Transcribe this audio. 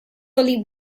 only